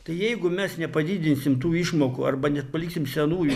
tai jeigu mes nepadidinsim tų išmokų arba nepaliksim senųjų